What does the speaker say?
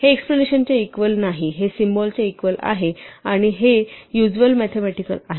हे एक्सक्लमेशनच्या इक्वल नाही हे सिम्बॉल च्या इक्वल आहे आणि हे युसुअल मॅथेमॅटिकल आहे